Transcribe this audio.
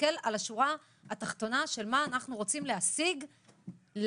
להסתכל על השורה התחתונה מה אנחנו רוצים להשיג למטופלים,